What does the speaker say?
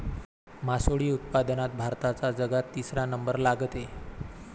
मासोळी उत्पादनात भारताचा जगात तिसरा नंबर लागते